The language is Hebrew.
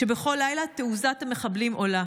ובכל לילה תעוזת המחבלים עולה.